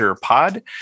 pod